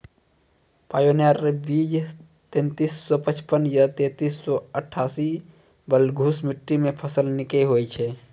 Pioneer बीज तेंतीस सौ पचपन या तेंतीस सौ अट्ठासी बलधुस मिट्टी मे फसल निक होई छै?